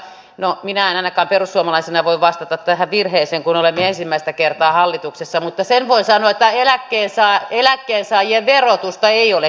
no minä en ainakaan perussuomalaisena voi vastata tähän virheeseen kun olemme ensimmäistä kertaa hallituksessa mutta sen voin sanoa että eläkkeensaajien verotusta ei ole kiristetty